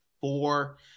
four